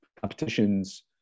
competitions